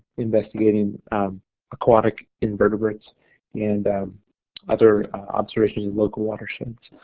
investigating aquatic invertebrates and other observations in local watersheds.